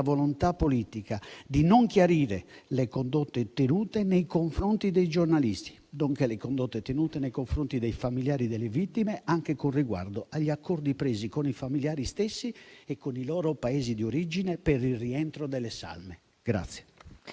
volontà politica di non chiarire le condotte tenute nei confronti dei giornalisti, nonché dei familiari delle vittime, anche con riguardo agli accordi presi con i familiari stessi e con i loro Paesi di origine per il rientro delle salme.